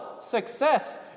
success